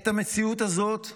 את המציאות הזאת,